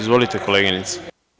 Izvolite koleginice.